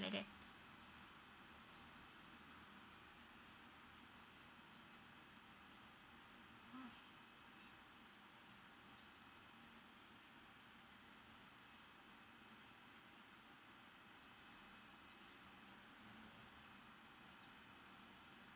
like that oh